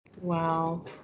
Wow